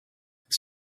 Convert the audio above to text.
it’s